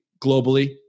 globally